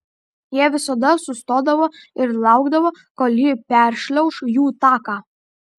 jie visada sustodavo ir laukdavo kol ji peršliauš jų taką